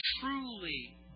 truly